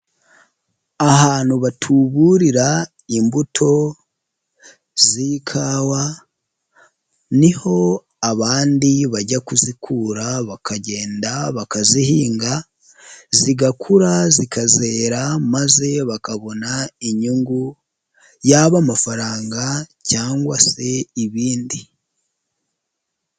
Ahantu batuburira imbuto z'ikawa, niho abandi bajya kuzikura bakagenda bakazihinga zigakura zikazerara maze bakabona inyungu yaba amafaranga cyangwa se ibindi.